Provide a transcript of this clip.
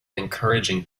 encouraging